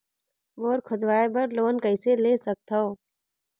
Bore खोदवाय बर loan कइसे ले सकथव?